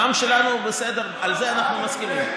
העם שלנו בסדר, על זה אנחנו מסכימים.